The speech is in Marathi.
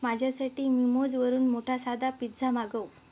माझ्यासाठी मिमोजवरून मोठा साधा पिझ्झा मागव